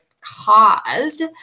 caused